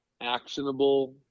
actionable